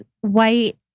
white